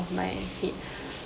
of my head